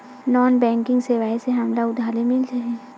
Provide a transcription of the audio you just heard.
Non banking सेवाएं से हमला उधारी मिल जाहि?